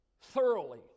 thoroughly